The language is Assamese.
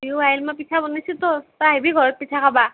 বিহু আহিল মই পিঠা বনাইছোঁতো তই আহিবি ঘৰত পিঠা খাবা